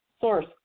source